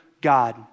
God